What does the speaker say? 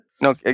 no